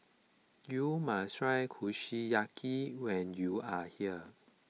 you must try Kushiyaki when you are here